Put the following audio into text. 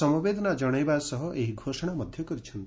ସମବେଦନା ଜଣାଇବା ସହ ଏହି ଘୋଷଣା କରିଛନ୍ତି